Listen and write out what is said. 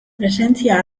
presentzia